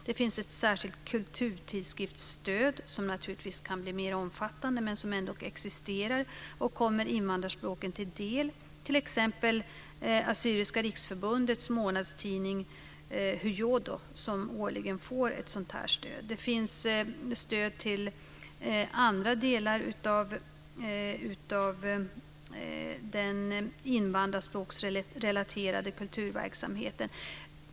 Det finns ett särskilt kulturtidskriftsstöd som naturligtvis kan bli mer omfattande men som ändock existerar och kommer invandrarspråken till del, t.ex. Assyriska riksförbundets månadstidning Hujådå, som årligen får ett sådant stöd. Det finns också stöd till andra delar av den invandrarspråksrelaterade kulturverksamheten.